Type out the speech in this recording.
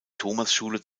thomasschule